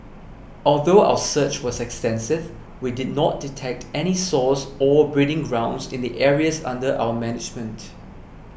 although our search was extensive we did not detect any source or breeding grounds in the areas under our management